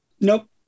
Nope